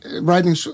writing